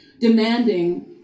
demanding